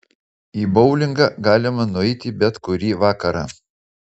į boulingą galima nueiti bet kurį vakarą